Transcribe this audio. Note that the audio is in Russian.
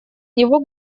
него